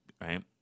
right